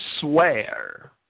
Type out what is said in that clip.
swear